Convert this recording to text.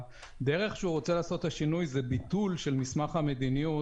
הדרך שהוא רוצה לעשות את השינוי היא ביטול של מסמך המדיניות